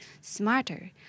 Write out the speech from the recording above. smarter